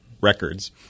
records